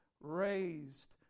raised